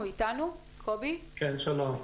קובי, אתה אתנו?